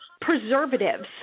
preservatives